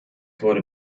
wurde